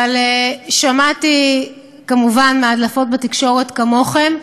אבל שמעתי כמובן מהדלפות בתקשורת, כמוכם,